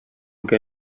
que